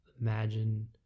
Imagine